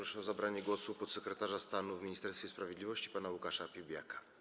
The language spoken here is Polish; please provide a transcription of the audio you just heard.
O zabranie głosu proszę podsekretarza stanu w Ministerstwie Sprawiedliwości pana Łukasza Piebiaka.